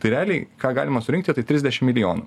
tai realiai ką galima surinkti tai trisdešim milijonų